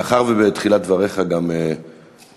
מאחר שבתחילת דבריך גם נגעת,